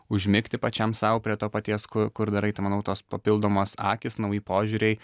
užmigti pačiam sau prie to paties ku kur darai tai manau tos papildomos akys nauji požiūriai